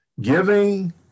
Giving